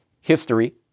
History